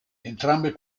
entrambe